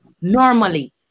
normally